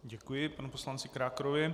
Děkuji panu poslanci Krákorovi.